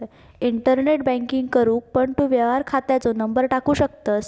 internet banking करूक पण तू व्यवहार खात्याचो नंबर टाकू शकतंस